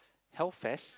Hell Fest